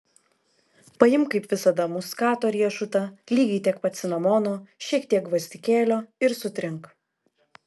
paimk kaip visada muskato riešutą lygiai tiek pat cinamono šiek tiek gvazdikėlio ir sutrink